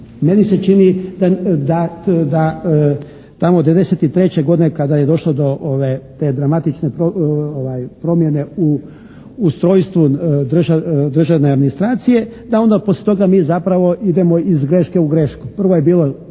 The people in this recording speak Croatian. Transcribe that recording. Meni se čini da tamo 93. godine kada je došlo do te dramatične promjene u ustrojstvu državne administracije da onda poslije toga mi zapravo idemo iz greške u grešku. Prvo je bilo